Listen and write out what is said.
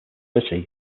city